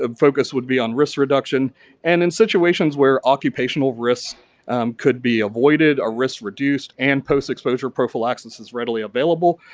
um focus would be on risk reduction and in situations where occupational risk could be avoided or risk reduced and post-exposure prophylaxis is readily available.